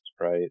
right